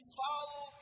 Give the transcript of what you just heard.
follow